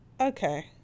okay